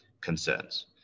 Concerns